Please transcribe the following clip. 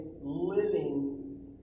living